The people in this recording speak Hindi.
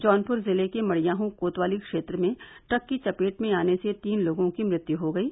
जौनपुर जिले के मडियाहूं कोतवाली क्षेत्र में ट्रक की चपेट में आने से तीन लोगों की मृत्व हो गयी